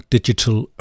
Digital